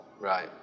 Right